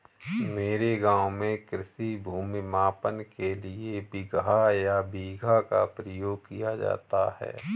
मेरे गांव में कृषि भूमि मापन के लिए बिगहा या बीघा का प्रयोग किया जाता है